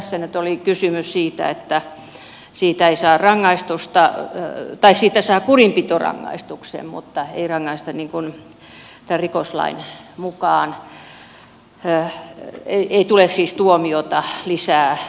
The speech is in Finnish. tässä nyt oli kysymys siitä että siitä ei saa rangaistusta tai siitä saa kurinpitorangaistuksen mutta ei rangaista rikoslain mukaan ei siis tule tuomiota lisää